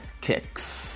Kicks